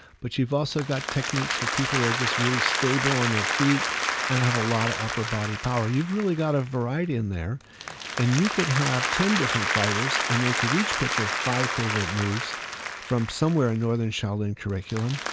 but you've also got techniques for people that are just really stable on their feet and i have a lot of upper body power. you've really got a variety in there and you could have ten different fighters and they could each pick their five favorite moves from somewhere in northern shaolin curriculum,